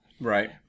Right